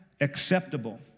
acceptable